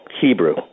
Hebrew